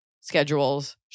schedules